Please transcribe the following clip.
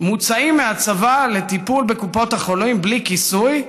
מוצאים מהצבא לטיפול בקופות החולים בלי כיסוי,